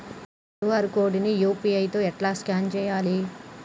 QR code ని UPI తోని ఎట్లా స్కాన్ చేయాలి?